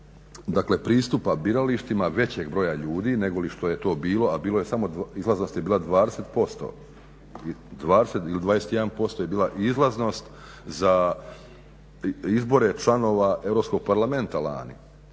dakle pristupa biralištima većeg broja ljudi negoli što je to bilo, a bilo je samo, izlaznost je bila 20%. 20 ili 21% je bila izlaznost za izbore članova Europskog parlamenta lani.